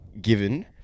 Given